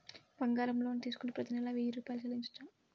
బంగారం లోన్ తీసుకుంటే ప్రతి నెల వెయ్యి రూపాయలు చెల్లించవచ్చా?